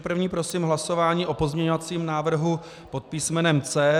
První prosím hlasování o pozměňovacím návrhu pod písmenem C.